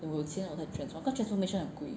我有钱我再 transform cause transformation 很贵